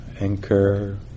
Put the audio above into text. anchor